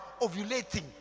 ovulating